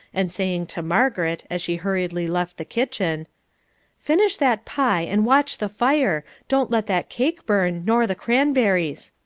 and saying to margaret, as she hurriedly left the kitchen finish that pie, and watch the fire don't let that cake burn, nor the cranberries.